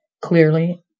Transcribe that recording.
Clearly